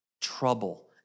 trouble